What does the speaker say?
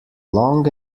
long